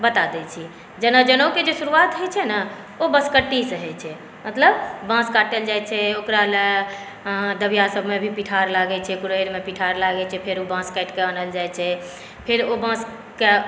बता दै छी जेना जनउके जे शुरुआत होइ छै ने ओ बँसकट्टी से होइ छै मतलब बाँस काटल जाइ छै ओकरा सभला दबिआ सभमे भी पिठार लागै छै कुरैलमे पिठार लागैछै फेर बाँस काटि कऽ आनल जाइ छै फेर ओ बाँस कए